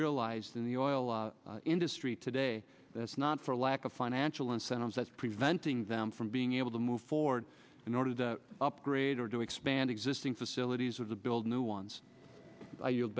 realized in the oil industry today that's not for lack of financial incentives that's preventing them from being able to move forward in order to upgrade or to expand existing facilities or to build new ones